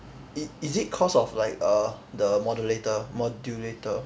i~ is it cause of like err the modulator modulator